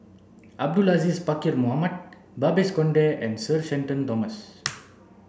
Abdul Aziz Pakkeer Mohamed Babes Conde and Sir Shenton Thomas